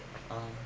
ah ma)